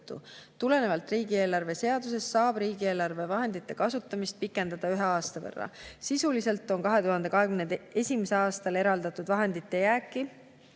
Tulenevalt riigieelarve seadusest saab riigieelarve vahendite kasutamist pikendada ühe aasta võrra. Sisuliselt on 2021. aastal eraldatud vahendite jääki